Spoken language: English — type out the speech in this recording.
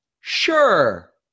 Sure